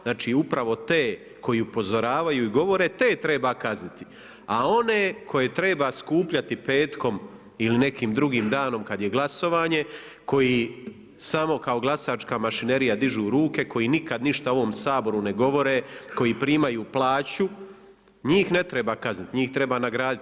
Znači upravo te koji upozoravaju i govore te treba kazniti, a one koje treba skupljati petkom ili nekim drugim danom kad je glasovanje, koji samo kao glasačka mašinerija dižu ruke, koji nikad ništa u ovom Saboru ne govore, koji primaju plaću njih ne treba kazniti, njih treba nagraditi.